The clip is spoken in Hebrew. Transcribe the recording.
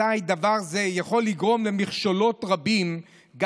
אזי דבר זה יכול לגרום למכשלות רבות גם